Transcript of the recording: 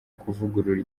kuvugurura